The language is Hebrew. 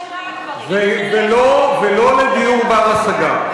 ולא לדיור בר-השגה.